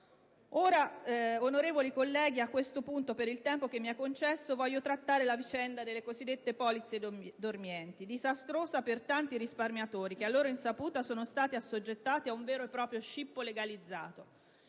Onorevoli colleghi, a questo punto, per il tempo restante che mi è concesso, voglio trattare la vicenda delle cosiddette polizze dormienti, disastrosa per tanti risparmiatori, che a loro insaputa sono stati assoggettati ad un vero e proprio scippo legalizzato.